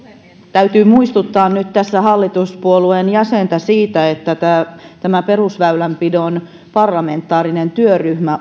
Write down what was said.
täytyy muistuttaa nyt hallituspuolueen jäsentä siitä että perusväylänpidon parlamentaarinen työryhmä